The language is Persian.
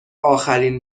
آخرین